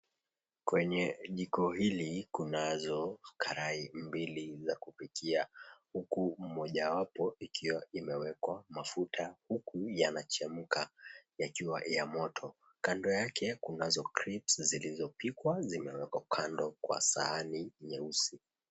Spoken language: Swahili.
Kwenye jiko hili kunazo karai mbili za kupikia huku mojawapo ikiwa imewekwa mafuta huku yanachemka yakiwa ya moto. Kando yake kunazo crips zilizopikwa zimewekwa kando kwa sahani nyeusi.